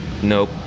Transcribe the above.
nope